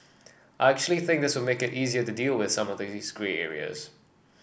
I actually think this will make it easier to deal with some of these grey areas